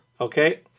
okay